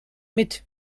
mit